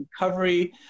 recovery